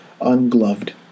ungloved